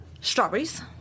strawberries